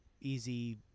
easy